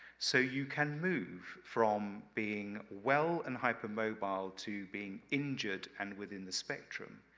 so, you can move from being well and hypermobile to being injured and within the spectrum,